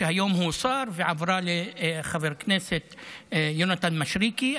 שהיום הוא שר והיא עברה לחבר כנסת יונתן משריקי.